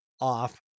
off